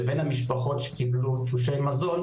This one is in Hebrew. לבין המשפחות שקיבלו תלושי מזון,